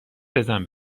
بزن